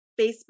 Facebook